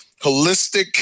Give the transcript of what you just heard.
holistic